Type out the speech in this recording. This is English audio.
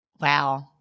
Wow